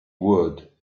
would